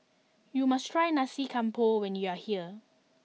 you must try Nasi Campur when you are here